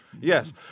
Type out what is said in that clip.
Yes